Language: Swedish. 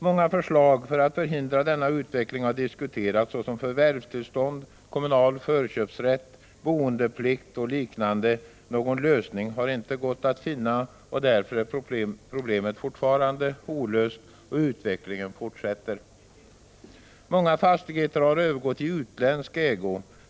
Många förslag för att förhindra denna utveckling har diskuterats, såsom förvärvstillstånd, kommunal förköpsrätt, boendeplikt och liknande. Någon lösning har inte gått att finna, och därför är problemet fortfarande olöst och utvecklingen fortsätter. Många fastigheter har övergått i utländsk ägo.